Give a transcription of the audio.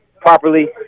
properly